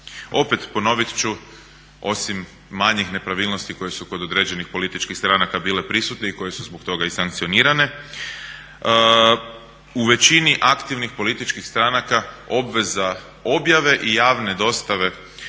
Opet ponoviti ću osim manjih nepravilnosti koje su kod određenih političkih stranaka bile prisutne i koje su zbog toga i sankcionirane. U većini aktivnih političkih stranaka obveza objave i javne dostave